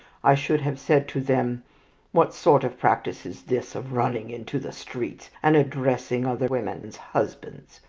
i should have said to them what sort of practice is this of running into the streets, and addressing other women's husbands?